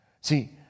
See